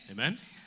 Amen